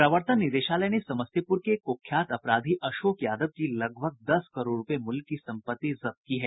प्रवर्तन निदेशालय ने समस्तीपुर के कुख्यात अपराधी अशोक यादव की लगभग दस करोड़ रूपये मूल्य की सम्पत्ति जब्त की है